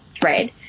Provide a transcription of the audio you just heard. thread